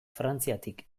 frantziatik